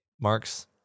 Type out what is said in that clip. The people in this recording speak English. Mark's